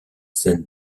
scènes